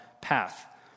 path